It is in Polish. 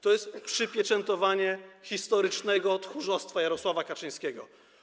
To jest przypieczętowanie historycznego tchórzostwa Jarosława Kaczyńskiego.